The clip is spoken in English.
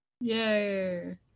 yay